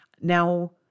Now